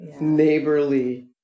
neighborly